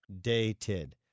Dated